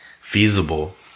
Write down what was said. feasible